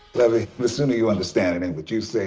levee, the sooner you understand it ain't what you say,